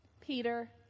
Peter